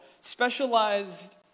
specialized